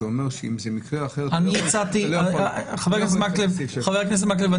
זה אומר שאם זה מקרה אחר --- חבר הכנסת מקלב,